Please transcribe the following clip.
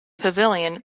pavilion